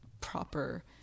proper